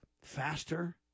faster